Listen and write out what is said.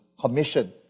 commission